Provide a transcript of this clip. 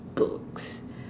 books